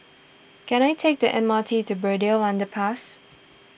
can I take the M R T to Braddell Underpass